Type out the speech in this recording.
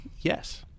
Yes